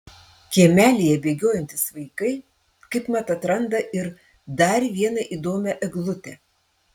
kiemelyje bėgiojantys vaikai kaip mat atranda ir dar vieną įdomią eglutę